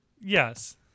Yes